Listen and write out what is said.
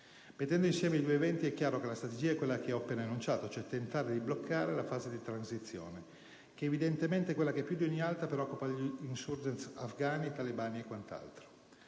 Mettendo insieme i due eventi, è chiaro che la strategia è quella che ho appena enunciato, ossia tentare di bloccare la fase di transizione che evidentemente è quella che più di ogni altra preoccupa gli *insurgent* afgani, talebani e quant'altro.